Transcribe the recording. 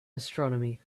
astronomy